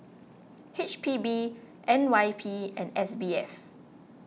H P B N Y P and S B F